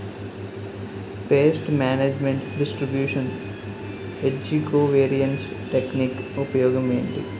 paste management distribution ఏజ్జి covariance technique ఉపయోగం ఏంటి